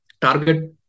target